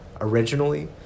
originally